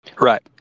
Right